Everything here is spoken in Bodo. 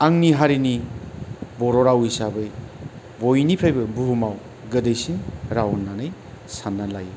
आंनि हारिनि बर' राव हिसाबै बयनिख्रुयबो बुहुमाव गोदैसिन राव होननानै सानना लायो